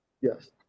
Yes